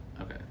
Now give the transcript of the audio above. Okay